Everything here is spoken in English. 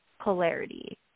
polarity